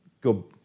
go